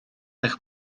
eich